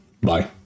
bye